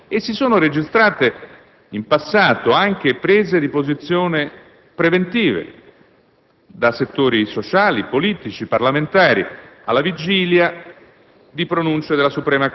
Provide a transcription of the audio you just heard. della giurisdizione. E si sono registrate, in passato, anche prese di posizione preventive da settori sociali, politici, parlamentari alla vigilia